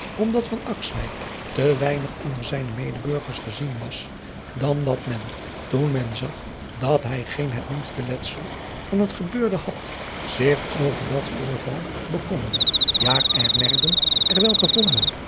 te weinig onder zijne medeburgers gezien was dan dat men toen men zag dat hij geen het minste letsel van het gebeurde had zich over dat voorval bekommerde ja er werden er wel gevonden